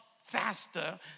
faster